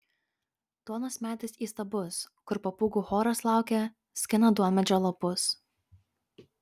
duonos medis įstabus kur papūgų choras laukia skina duonmedžio lapus